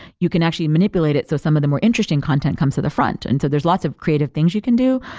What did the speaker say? you can actually manipulate it so some of the more interesting content comes to the front. and so there's lots of creative things you can do.